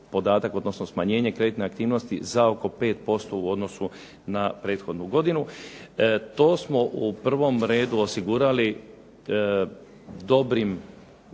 odnosno smanjenje kreditne aktivnosti za oko 5% u odnosu na prethodnu godinu. To smo u prvom redu osigurali dobrom